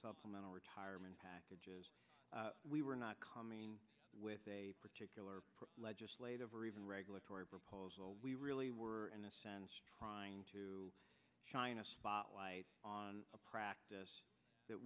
supplemental retirement packages we were not coming in with a particular legislative or even regulatory proposal we really were in a sense trying to shine a spotlight on a practice that